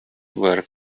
were